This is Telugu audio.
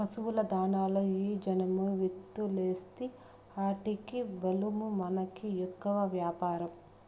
పశుల దాణాలలో ఈ జనుము విత్తూలేస్తీ ఆటికి బలమూ మనకి ఎక్కువ వ్యాపారం